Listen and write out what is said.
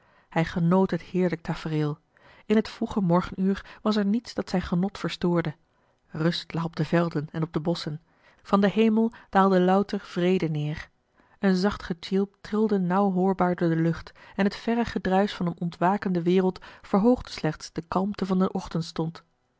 hij genoot het heerlijk tafereel in het vroege morgenuur was er niets dat zijn genot verstoorde rust lag op de velden en op de bosschen van den hemel daalde louter vrede neer een zacht getjilp trilde nauw hoorbaar door de lucht en het verre gedruisch van een ontwakende wereld verhoogde slechts de kalmte van den